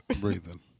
breathing